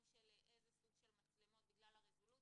של איזה סוג של מצלמות בגלל הרזולוציה,